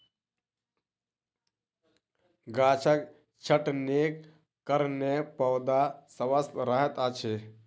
गाछक छटनीक कारणेँ पौधा स्वस्थ रहैत अछि